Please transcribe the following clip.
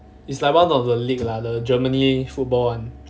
it's like one of the league lah the germany football one